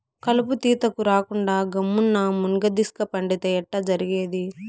కలుపు తీతకు రాకుండా గమ్మున్న మున్గదీస్క పండితే ఎట్టా జరిగేది